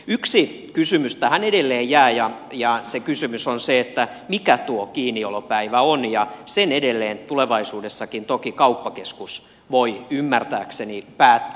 yksi kysymys tähän edelleen jää ja se kysymys on se mikä tuo kiinniolopäivä on ja sen edelleen tulevaisuudessakin toki kauppakeskus voi ymmärtääkseni päättää